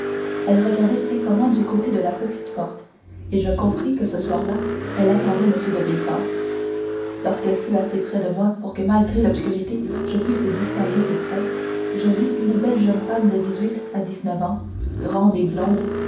elle regardait fréquemment du côté de la petite porte et je compris que ce soir-là elle attendait m de villefort lorsqu'elle fut assez près de moi pour que malgré l'obscurité je pusse distinguer ses traits je vis une belle jeune femme de dix-huit à dix-neuf ans grande et blonde